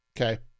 Okay